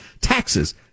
Taxes